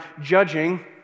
judging